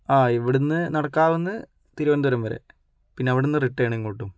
ആ ഇവിടെനിന്ന് നടക്കാവിൽ നിന്ന് തിരുവനന്തപുരം വരെ പിന്നവിടുന്ന് റിട്ടേണ് ഇങ്ങോട്ടും